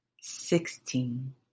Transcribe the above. sixteen